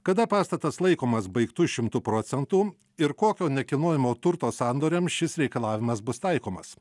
kada pastatas laikomas baigtu šimtu procentų ir kokio nekilnojamo turto sandoriam šis reikalavimas bus taikomas